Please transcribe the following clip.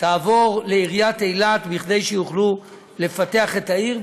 תעבור לעיריית אילת כדי שיוכלו לפתח את העיר,